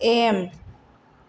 M